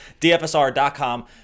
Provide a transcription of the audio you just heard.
DFSR.com